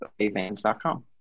avans.com